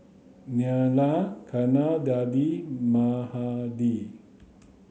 Neila Kamaladevi Mahade